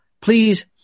please